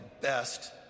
best